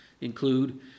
include